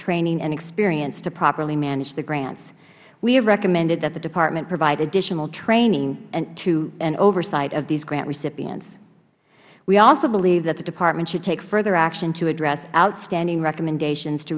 training and experience to properly manage the grants we have recommended that the department provide additional training and oversight of these grant recipients we also believe that the department should take further action to address outstanding recommendations to